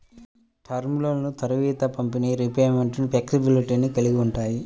term లోన్లు త్వరిత పంపిణీ, రీపేమెంట్ ఫ్లెక్సిబిలిటీలను కలిగి ఉంటాయి